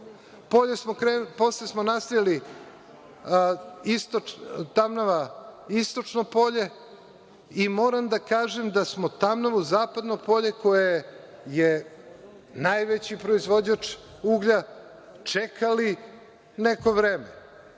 Posle smo nastavili Tamnava istočno polje i moram da kažem da smo Tamnavu zapadno polje koje je najveći proizvođač uglja, čekali neko vreme.